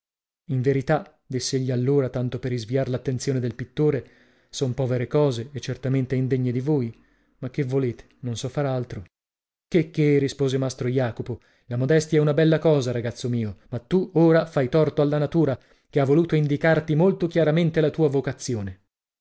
in verità diss'egli allora tanto per isviar l'attenzione del pittore son povere cose e certamente indegne di voi ma che volete non so far altro che che rispose mastro jacopo la modestia è una bella cosa ragazzo mio ma tu ora fai torto alla natura che ha voluto indicarti molto chiaramente la tua vocazione